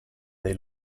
dei